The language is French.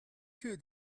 que